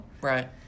right